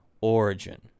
origin